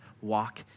walk